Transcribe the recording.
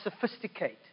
sophisticate